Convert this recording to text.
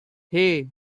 hey